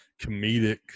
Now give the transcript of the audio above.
comedic